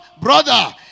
brother